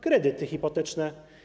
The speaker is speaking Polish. Kredyty hipoteczne.